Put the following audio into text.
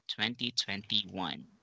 2021